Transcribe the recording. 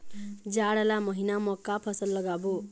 जाड़ ला महीना म का फसल लगाबो?